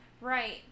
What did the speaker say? Right